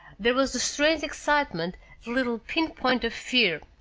there was the strange excitement, the little pinpoint of fear,